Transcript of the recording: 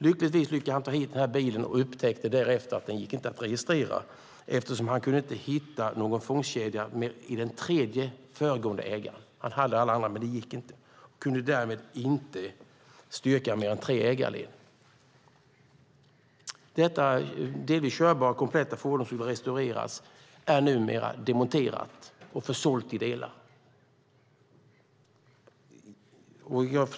Lyckligtvis lyckades han ta hit bilen, men därefter upptäckte han att den inte gick att registrera eftersom han inte kunde hitta någon fångstkedja för den tredje föregående ägaren. Han hade alla andra, men det gick inte, och han kunde därmed inte styrka mer än tre ägarled. Detta delvis körbara och kompletta fordon som skulle restaureras är numera demonterat och försålt i delar.